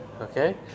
okay